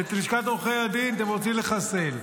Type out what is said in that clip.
את לשכת עורכי הדין אתם רוצים לחסל.